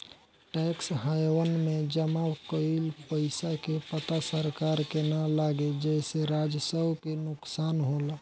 tax haven में जमा कइल पइसा के पता सरकार के ना लागे जेसे राजस्व के नुकसान होला